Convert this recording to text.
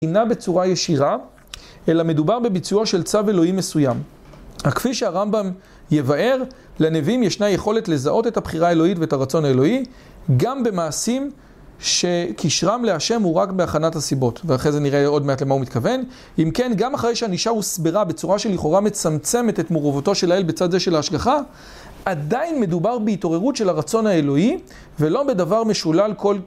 אינה בצורה ישירה, אלא מדובר בביצוע של צו אלוהים מסוים. כפי שהרמב״ם יבאר, לנביאים ישנה יכולת לזהות את הבחירה האלוהית ואת הרצון האלוהי, גם במעשים שקשרם לה' הוא רק בהכנת הסיבות, ואחרי זה נראה עוד מעט למה הוא מתכוון. אם כן, גם אחרי שענישה הוסברה בצורה שלכאורה מצמצמת את מעורבותו של האל בצד זה של ההשגחה, עדיין מדובר בהתעוררות של הרצון האלוהי, ולא בדבר משולל כל...